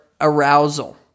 arousal